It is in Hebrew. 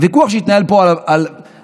הוויכוח שהתנהל פה במליאה,